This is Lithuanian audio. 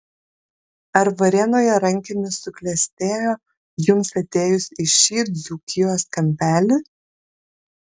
ar varėnoje rankinis suklestėjo jums atėjus į šį dzūkijos kampelį